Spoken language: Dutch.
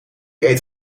eet